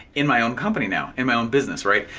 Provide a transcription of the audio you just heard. in my own company now, in my own business, right?